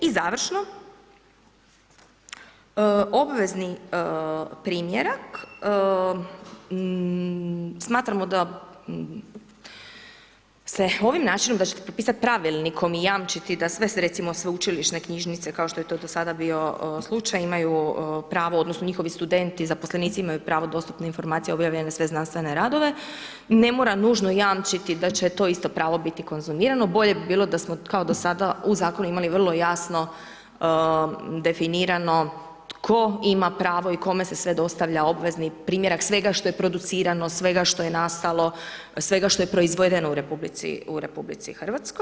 I završno, obvezni primjerak smatramo da se ovim načinom da će se potpisat pravilnikom i jamčiti da sve se recimo sveučilišne knjižnice kao što je to do sada bio slučaj imaju pravo odnosno njihovi studenti, zaposlenici imaju pravo dostupne informacije, objavljene znanstvene radove, ne mora nužno jamčiti da će to isto pravo biti konzumirano, bolje bi bilo da smo kao do sada u zakonu imali vro jasno definirano tko ima pravo i kome se sve dostavlja obvezni primjerak svega što je producirano, svega što je nastalo, svega što je proizvedeno u RH.